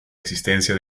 existencia